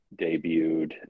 debuted